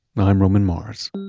i'm roman mars